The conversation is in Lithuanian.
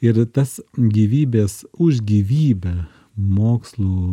ir tas gyvybės už gyvybę mokslų